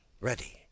ready